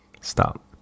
stop